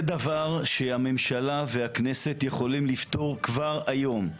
זה דבר שהממשלה והכנסת יכולים לפתור כבר היום.